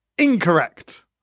incorrect